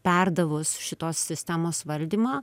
perdavus šitos sistemos valdymą